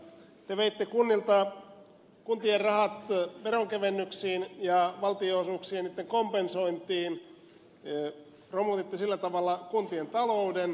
te veitte kuntien rahat veronkevennyksiin ja valtionosuuksien kompensointiin romutitte sillä tavalla kuntien talouden